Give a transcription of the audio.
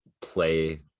play